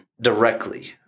directly